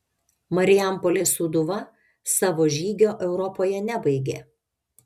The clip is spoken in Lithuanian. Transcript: marijampolės sūduva savo žygio europoje nebaigė